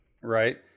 right